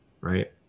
right